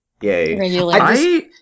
Yay